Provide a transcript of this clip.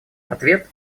ответ